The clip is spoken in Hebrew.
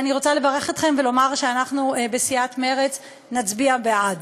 אני רוצה לברך אתכם ולומר שאנחנו בסיעת מרצ נצביע בעד.